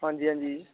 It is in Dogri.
आं जी आं जी